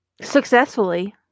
Successfully